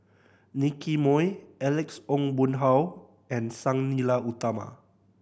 Nicky Moey Alex Ong Boon Hau and Sang Nila Utama